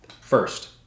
first